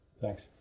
Thanks